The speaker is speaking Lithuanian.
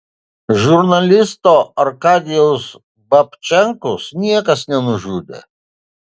žurnalisto arkadijaus babčenkos niekas nenužudė